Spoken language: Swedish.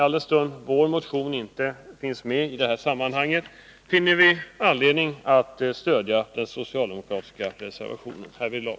Alldenstund vår motion inte finns med i detta sammanhang finner vi anledning att stödja den socialdemokratiska reservationen härvidlag.